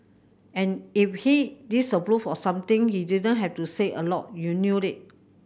and if he disapproved of something he didn't have to say a lot you knew it